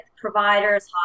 providers